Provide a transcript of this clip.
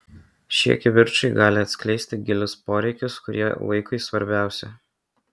šie kivirčai gali atskleisti gilius poreikius kurie vaikui svarbiausi